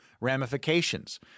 ramifications